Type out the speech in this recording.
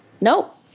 nope